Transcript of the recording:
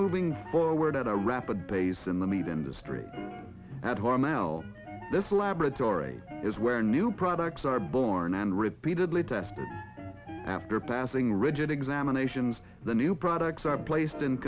moving forward at a rapid pace in the meat industry at hormel this laboratory is where new products are born and repeatedly tested after passing rigid examinations the new products are placed in